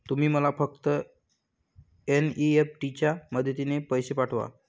तुम्ही मला फक्त एन.ई.एफ.टी च्या मदतीने पैसे पाठवा